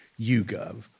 YouGov